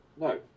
No